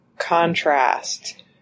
contrast